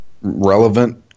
relevant